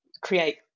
create